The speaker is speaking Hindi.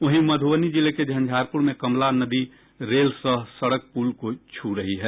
वहीं मधुबनी जिले के झंझारपुर में कमला नदी रेल सह सड़क पुल को छू रही है